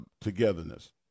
togetherness